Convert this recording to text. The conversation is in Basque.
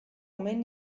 omen